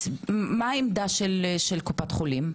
מה עמדת קופת חולים?